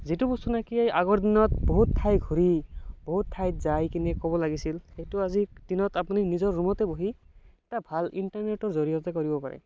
যিটো বস্তু নেকি আগৰ দিনত বহুতো ঠাই ঘুৰি বহুত যাইকেনে ক'ব লাগিছিল সেটো আজিৰ দিনত নিজৰ ৰুমতে বহি এটা ভাল ইণ্টাৰনেটৰ জড়িয়তে কৰিব পাৰে